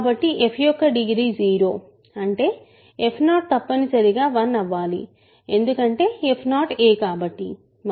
కాబట్టి f యొక్క degree 0 అంటే f0 తప్పనిసరిగా 1 అవ్వాలి ఎందుకంటే f0 a కాబట్టి